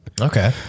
Okay